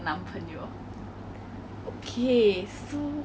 一个有一个男人的 figure